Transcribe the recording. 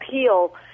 appeal